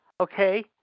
okay